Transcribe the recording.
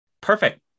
Perfect